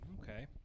Okay